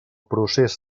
procés